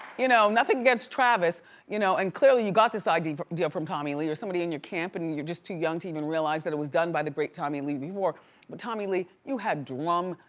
you know nothing gets travis you know and clearly you got this idea idea from tommy lee or somebody in your camp and you're just too young to even realize that it was done by the great tommy lee. but tommy lee, you had drum,